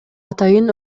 атайын